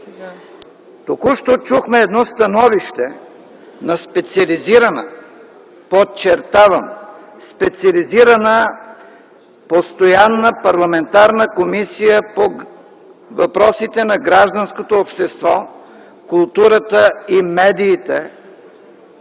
Току-що чухме едно становище на специализирана, подчертавам – специализирана, постоянна парламентарна комисия по въпросите на гражданското общество, културата и медиите